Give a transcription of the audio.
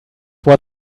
what